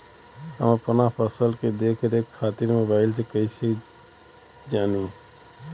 हम अपना फसल के देख रेख खातिर मोबाइल से कइसे जानी?